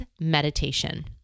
meditation